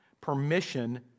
permission